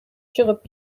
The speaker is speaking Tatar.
чыгып